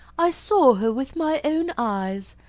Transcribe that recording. i saw her with my own eyes.